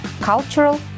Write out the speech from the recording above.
cultural